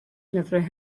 lyfrau